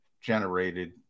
generated